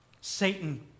Satan